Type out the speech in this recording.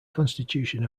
constitution